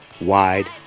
wide